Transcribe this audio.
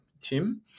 Tim